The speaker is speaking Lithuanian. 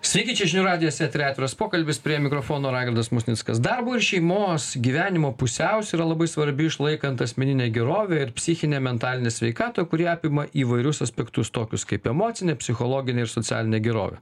sveiki čia žinių radijas etery atviras pokalbis prie mikrofono raigardas musnickas darbo ir šeimos gyvenimo pusiausvyra labai svarbi išlaikant asmeninę gerovę ir psichinę mentalinę sveikatą kuri apima įvairius aspektus tokius kaip emocinė psichologinė ir socialinė gerovė